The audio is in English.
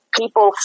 people